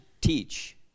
teach